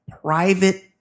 private